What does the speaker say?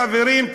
חברים,